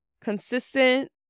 consistent